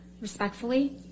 respectfully